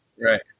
Right